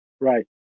Right